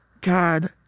God